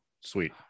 sweet